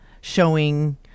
showing